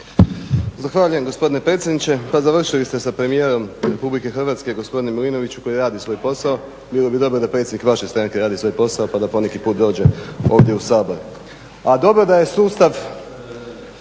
Zahvaljujem gospodine predsjedniče. Pa završili ste sa premijerom Republike Hrvatske, gospodine Milinoviću koji radi svoj posao, bilo bi dobro da predsjednik vaše stranke radi svoj posao pa da poneki put dođe ovdje u Sabor. A dobro da je sustav,